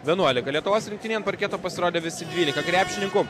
vienuolika lietuvos rinktinėj ant parketo pasirodė visi dvylika krepšininkų